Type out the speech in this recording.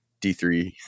D3